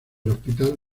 hospital